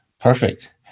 perfect